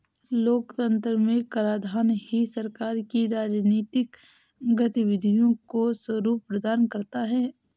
लोकतंत्र में कराधान ही सरकार की राजनीतिक गतिविधियों को स्वरूप प्रदान करता है